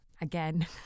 again